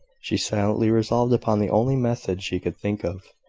she silently resolved upon the only method she could think of,